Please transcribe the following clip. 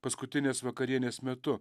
paskutinės vakarienės metu